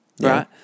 Right